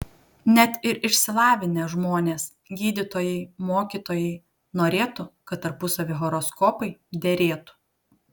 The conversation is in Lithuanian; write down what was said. net ir išsilavinę žmonės gydytojai mokytojai norėtų kad tarpusavio horoskopai derėtų